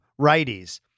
righties